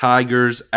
Tigers